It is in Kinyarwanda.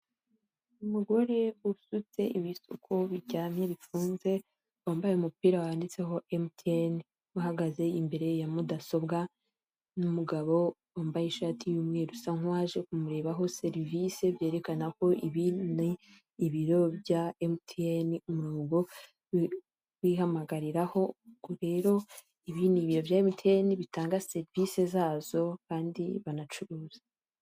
Umugore usutse ibisuko biryamye bifunze wambaye umupira wanditseho Emutiyene uhagaze imbere ya mudasobwa n'umugabo wambaye ishati y'umweru usa nk'uwaje kumurebaho serivisi byerekana ko ibi ni ibiro bya emutiyene, ni umurongo wihamagariraho ngo rero ibi ni ibiro bya Emutiyene bitanga serivisi zazo kandi banacuruza.